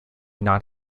not